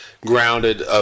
grounded